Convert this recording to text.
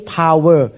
power